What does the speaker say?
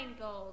gold